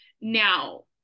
now